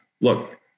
look